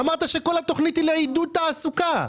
אמרת שכל התכנית היא לעידוד תעסוקה.